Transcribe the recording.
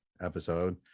episode